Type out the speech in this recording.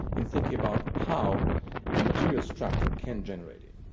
in thinking about how a material structure can generate it.